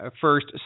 first